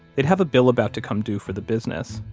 they'd have a bill about to come due for the business,